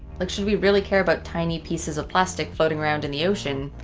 like should we really care about tiny pieces of plastic floating around in the ocean.